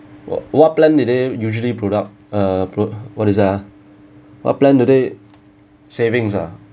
what what plan do they usually product uh pro~ what is that ah what plan do they savings ah